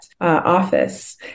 office